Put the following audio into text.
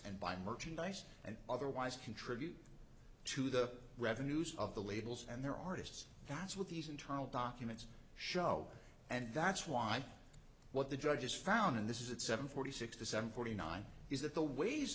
and buy merchandise and otherwise contribute to the revenues of the labels and their artists that's what these internal documents show and that's why what the judges found in this is at seven forty six to seven forty nine is that the ways